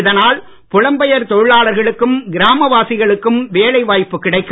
இதனால் புலம்பெயர் தொழிலாளர்களுக்கும் கிராமவாசிகளுக்கும் வேலை வாய்ப்பு கிடைக்கும்